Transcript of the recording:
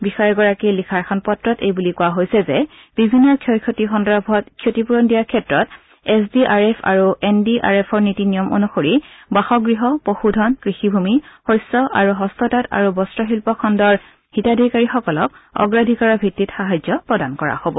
বিষয়াগৰাকীয়ে লিখা এখন পত্ৰত এইবুলি কোৱা হৈছে যে বিভিন্ন ক্ষয় ক্ষতি সন্দৰ্ভত ক্ষতিপূৰণ দিয়াৰ ক্ষেত্ৰত এছ ডি আৰ এফ আৰু এন ডি আৰ এফৰ নীতি নিয়ম অনুসৰি বাসগৃহ পশুধন কৃষিভূমি শস্য আৰু হস্ততাঁত আৰু বস্ত্ৰশিল্প খণ্ডৰ হিতাধিকাৰীসকলক অগ্ৰাধিকাৰৰ ভিত্তিত সাহাৰ্য প্ৰদান কৰা হ'ব